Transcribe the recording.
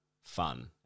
fun